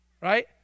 Right